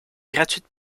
gratuite